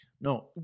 No